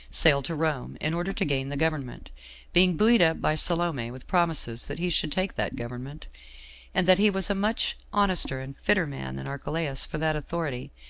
sail to rome, in order to gain the government being buoyed up by salome with promises that he should take that government and that he was a much honester and fitter man than archelaus for that authority,